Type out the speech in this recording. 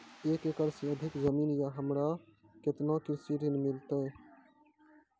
एक एकरऽ से अधिक जमीन या हमरा केतना कृषि ऋण मिलते?